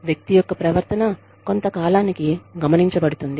వ్యక్తి యొక్క ప్రవర్తన కొంత కాలానికి గమనించబడుతుంది